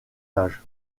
âge